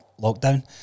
lockdown